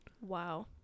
Wow